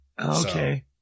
Okay